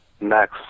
next